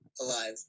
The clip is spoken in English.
Alive